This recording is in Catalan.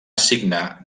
assignar